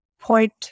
point